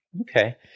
Okay